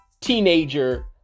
teenager